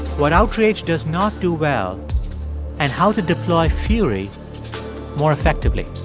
what outrage does not do well and how to deploy fury more effectively